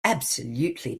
absolutely